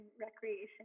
Recreation